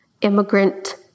immigrant